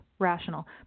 Rational